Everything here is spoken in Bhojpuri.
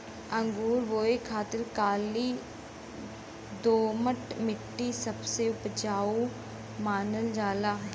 अंगूर बोए खातिर काली दोमट मट्टी सबसे उपजाऊ मानल जाला